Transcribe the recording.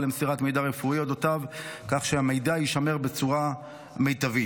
למסירת מידע רפואי על אודותיו כך שהמידע יישמר בצורה מיטבית.